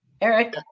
Eric